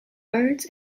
birds